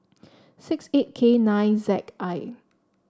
six eight K nine Z I